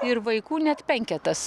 ir vaikų net penketas